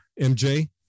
MJ